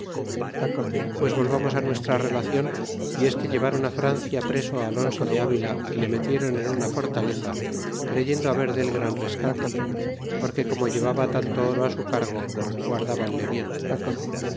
pues volvamos nuestra relacion y es que llevaron a francia preso alonso de avila y le metiéron en una fortaleza creyendo haber dé gran rescate porque como llevaba tanto oro su cargo guardbanle bien